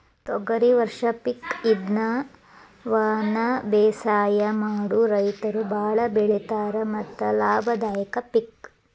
ತೊಗರಿ ವರ್ಷ ಪಿಕ್ ಇದ್ನಾ ವನಬೇಸಾಯ ಮಾಡು ರೈತರು ಬಾಳ ಬೆಳಿತಾರ ಮತ್ತ ಲಾಭದಾಯಕ ಪಿಕ್